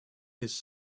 his